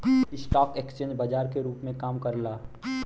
stock exchange बाजार के रूप में काम करला